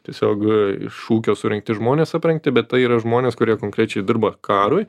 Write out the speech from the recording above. tiesiog iš ūkio surinkti žmonės aprengti bet tai yra žmonės kurie konkrečiai dirba karui